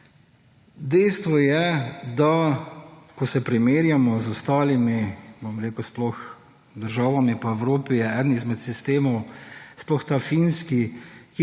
Dejstvo je, da ko se primerjamo z ostalimi, bom rekel, sploh državami po Evropi, je eden izmed sistemov sploh ta finski,